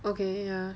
okay ya